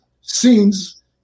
scenes